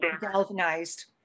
galvanized